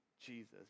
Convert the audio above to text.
Jesus